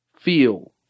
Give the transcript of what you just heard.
feel